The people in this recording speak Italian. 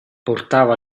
portava